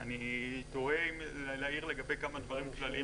אני תוהה אם להעיר לגבי כמה דברים כלליים